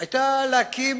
היתה להקים,